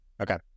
Okay